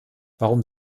warum